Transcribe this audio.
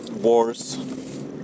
wars